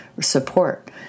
support